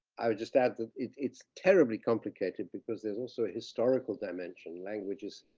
i would just add that it's terribly complicated because there's also a historical dimension in languages.